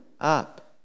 up